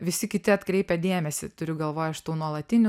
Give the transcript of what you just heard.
visi kiti atkreipia dėmesį turiu galvoj šitų nuolatinių